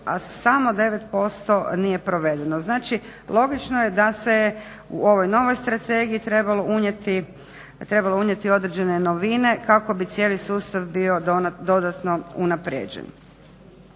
a samo 9% nije provedeno. Znači logično je da se je u ovoj novoj strategiji trebalo unijeti određene novine kako bi cijeli sustav bio dodatno unaprijeđen.